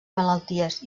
malalties